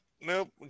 Nope